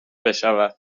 بشود